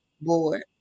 board